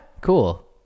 Cool